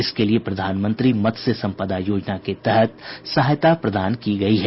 इसके लिए प्रधानमंत्री मत्स्य संपदा योजना के तहत सहायता प्रदान की गई है